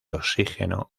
oxígeno